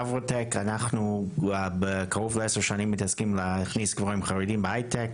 אנחנו קרוב לעשר שנים מתעסקים להכניס גברים חרדים בהייטק.